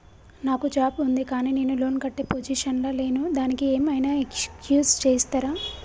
నాకు జాబ్ ఉంది కానీ నేను లోన్ కట్టే పొజిషన్ లా లేను దానికి ఏం ఐనా ఎక్స్క్యూజ్ చేస్తరా?